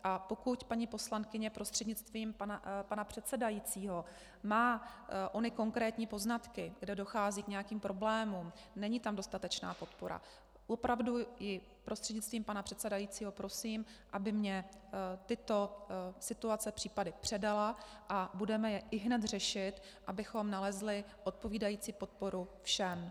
A pokud paní poslankyně prostřednictvím pana předsedajícího má ony konkrétní poznatky, kde dochází k nějakým problémům, není tam dostatečná podpora, opravdu ji prostřednictvím pana předsedajícího prosím, aby mně tyto situace, případy předala a budeme je ihned řešit, abychom nalezli odpovídající podporu všem.